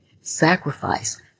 sacrifice